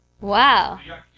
Wow